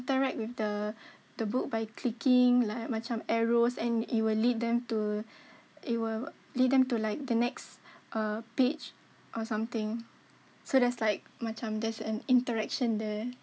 interact with the the book by clicking like macam arrows and it will lead them to it will lead them to like the next uh page or something so that's like macam there's an interaction there